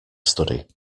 study